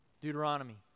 Deuteronomy